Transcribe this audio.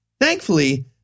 Thankfully